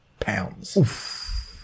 Pounds